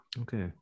Okay